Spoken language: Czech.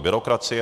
byrokracie.